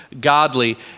godly